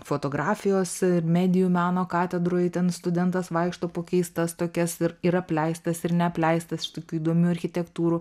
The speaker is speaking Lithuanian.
fotografijos medijų meno katedroj ten studentas vaikšto po keistas tokias ir apleistas ir neapleistas tokių įdomių architektūrų